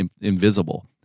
invisible